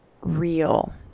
real